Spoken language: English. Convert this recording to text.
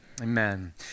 Amen